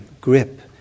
grip